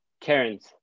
Karen's